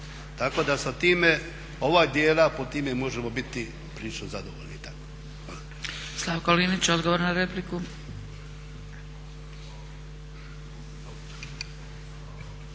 Tako da sa time ovaj dio pod time možemo biti prilično zadovoljni.